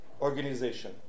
organization